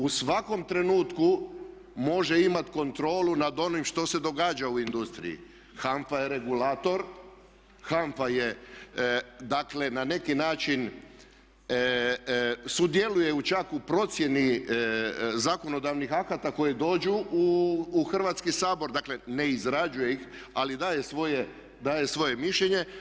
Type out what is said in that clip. U svakom trenutku može imati kontrolu nad onim što se događa u industriji, HANFA je regulator, HANFA je dakle na neki način, sudjeluje čak u procjeni zakonodavnih akata koji dođu u Hrvatski sabor, dakle ne izrađuje ih ali daje svoje mišljenje.